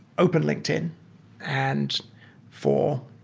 open linkedin and for